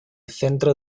centro